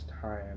time